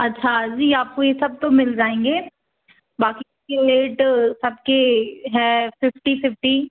अच्छा जी आपको ये सब तो मिल जाएंगे बाक़ी के रेट सब के हैं फ़िफ़्टी फ़िफ़्टी